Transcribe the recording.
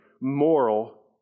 moral